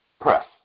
Press